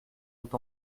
doute